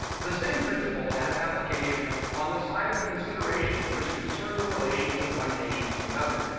the same principle has application on the side of the considerations which concern the relations of one nation to another.